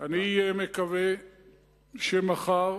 אני מקווה שמחר